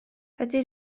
ydy